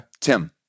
Tim